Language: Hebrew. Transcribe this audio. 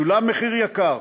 שולם מחיר יקר: